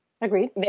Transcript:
Agreed